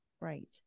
Right